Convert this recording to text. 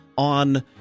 on